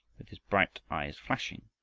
with his bright eyes flashing,